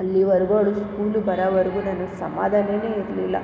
ಅಲ್ಲಿವರೆಗೂ ಅವ್ಳು ಸ್ಕೂಲ್ಗೆ ಬರೋವರೆಗೂ ನನಗೆ ಸಮಾಧಾನವೇ ಇರಲಿಲ್ಲ